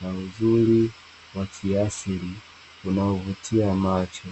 na uzuri wa kiasi unaovutia macho.